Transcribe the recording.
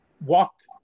walked